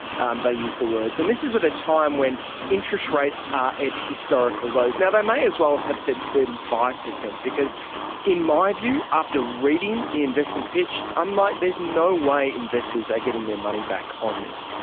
and they used the words, and this is at a time when interest rates are at historical lows. now, they may as well have said thirty five percent because in my view after reading the investment pitch, i'm like there's no way investors are getting their money back on this.